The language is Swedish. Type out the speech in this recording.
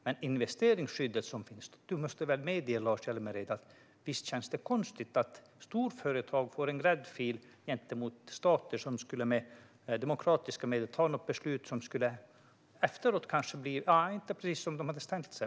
Men Lars Hjälmered måste väl medge att det känns konstigt att storföretag får en gräddfil och kan stämma stater som med demokratiska medel tar ett beslut som efteråt kanske blir inte precis som företagen hade tänkt sig.